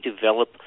develop